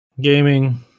gaming